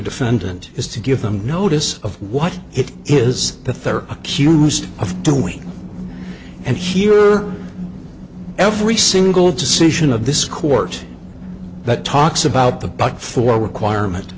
defendant is to give them notice of what it is the third accused of doing and here every single decision of this court that talks about the budget for requirement